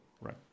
Right